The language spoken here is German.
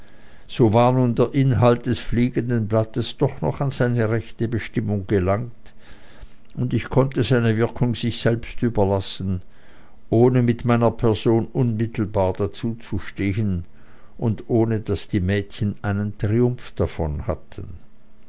so war nun der inhalt des fliegenden blattes doch noch an seine rechte bestimmung gelangt und ich konnte seine wirkung sich selbst überlassen ohne mit meiner person unmittelbar dazu zu stehen und ohne daß die mädchen einen triumph davon hatten